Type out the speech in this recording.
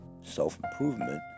self-improvement